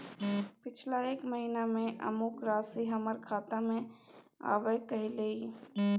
पिछला एक महीना म अमुक राशि हमर खाता में आबय कैलियै इ?